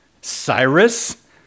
Cyrus